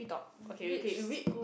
okay okay we read